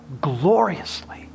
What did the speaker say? gloriously